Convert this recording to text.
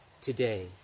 today